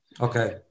Okay